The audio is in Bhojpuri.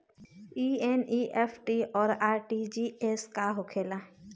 ई एन.ई.एफ.टी और आर.टी.जी.एस का होखे ला?